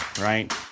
right